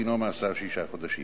דינו מאסר שישה חודשים.